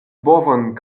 bovon